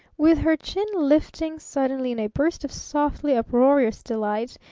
with her chin lifting suddenly in a burst of softly uproarious delight,